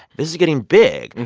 this is getting big.